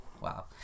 Wow